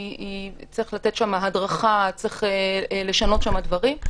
צריך לתת שם הדרגה, צריך לשנות שם דברים,